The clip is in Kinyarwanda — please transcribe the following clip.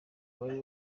wari